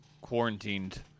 quarantined